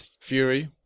Fury